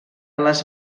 les